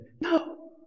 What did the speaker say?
no